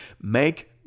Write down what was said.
Make